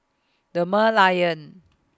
The Merlion